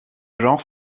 genre